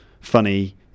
funny